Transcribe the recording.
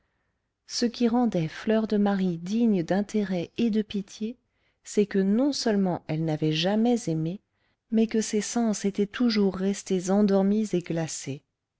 ce qui rendait fleur de marie digne d'intérêt et de pitié c'est que non-seulement elle n'avait jamais aimé mais que ses sens étaient toujours restés endormis et glacés